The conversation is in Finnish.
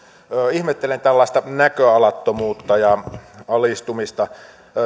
ihmettelen tällaista näköalattomuutta ja alistumista